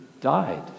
died